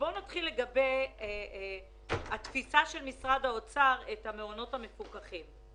בוא נתחיל לדבר על התפישה של משרד האוצר לגבי המעונות המפוקחים.